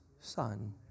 son